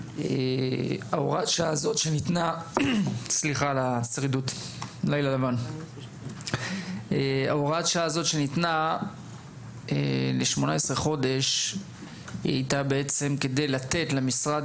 הוראת השעה הזו ניתנה ל-18 חודשים כדי לתת למשרד